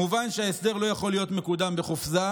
מובן שההסדר הזה לא יכול להיות מקודם בחופזה,